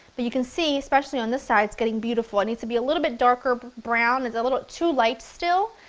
but you can see especially on this side, it's getting beautiful, it needs to be a little bit darker brown, it's a little too light still.